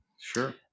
Sure